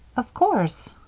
of course.